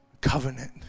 covenant